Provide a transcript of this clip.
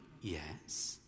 Yes